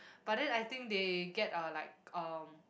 but then I think they get a like um